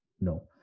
No